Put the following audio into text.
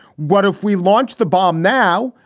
what if we launch the bomb now?